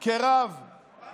אני קורא אותך